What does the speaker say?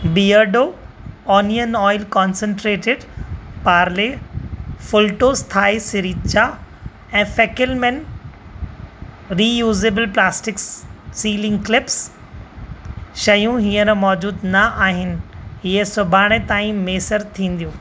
बीयरडो onion oil concentrated Parle full toss Thai sriracha ऐं Fackelmann reusable plastic sealing clips शयूं हींअर मौजूदु न आहिनि इहे सुभाणे ताईं मुयसरु थींदियूं